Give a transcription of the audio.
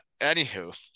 Anywho